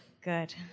Good